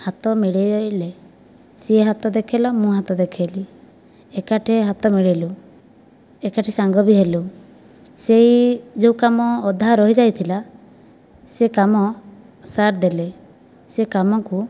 ହାତ ମିଳେଇଲେ ସେ ହାତ ଦେଖେଇଲା ମୁଁ ହାତ ଦେଖେଇଲି ଏକାଠି ହାତ ମିଳେଇଲୁ ଏକାଠି ସାଙ୍ଗ ବି ହେଲୁ ସେହି ଯେଉଁ କାମ ଅଧା ରହିଯାଇଥିଲା ସେ କାମ ସାର୍ ଦେଲେ ସେହି କାମକୁ